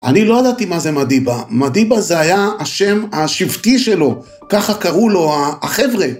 אני לא ידעתי מה זה מדיבה, מדיבה זה היה השם השבטי שלו, ככה קראו לו החבר׳ה.